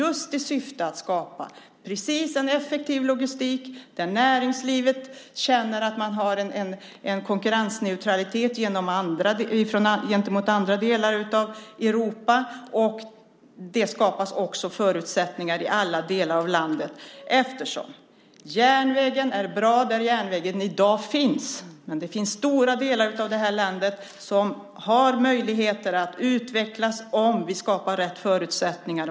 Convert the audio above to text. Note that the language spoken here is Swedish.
Det handlar om att skapa en effektiv logistik där näringslivet känner att det har en konkurrensneutralitet gentemot det i andra delar av Europa. Det skapas också förutsättningar i alla delar av landet. Järnvägen är bra där järnvägen i dag finns. Men det finns stora delar av landet som har möjligheter att utvecklas om vi skapar rätt förutsättningar.